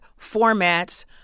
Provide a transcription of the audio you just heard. formats